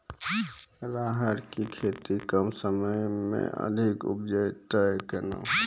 राहर की खेती कम समय मे अधिक उपजे तय केना?